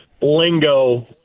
lingo